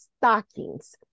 stockings